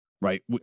Right